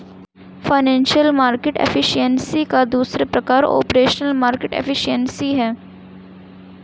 financial market efficiency का दूसरा प्रकार ऑपरेशनल मार्केट एफिशिएंसी है